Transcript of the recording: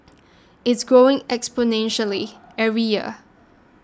it's growing exponentially every year